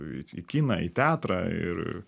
į kiną į teatrą ir